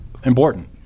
Important